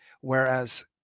whereas